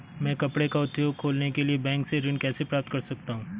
मैं कपड़े का उद्योग खोलने के लिए बैंक से ऋण कैसे प्राप्त कर सकता हूँ?